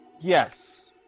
Yes